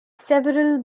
several